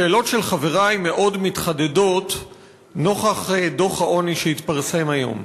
השאלות של חברי מאוד מתחדדות נוכח דוח העוני שהתפרסם היום.